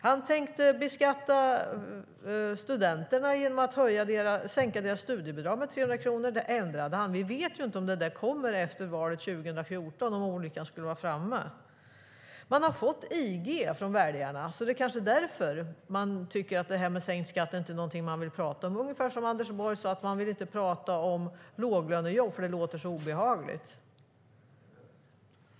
Han tänkte beskatta studenterna genom att sänka deras studiebidrag med 300 kronor. Det ändrade han. Vi vet inte om det kommer efter valet 2014, om olyckan skulle vara framme. Man har fått IG från väljarna. Det är kanske därför man tycker att det här med sänkt skatt inte är något man vill prata om. Det är ungefär som när Anders Borg sade att man inte vill prata om låglönejobb för att det låter så obehagligt.